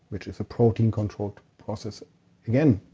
which is a protein controlled process again.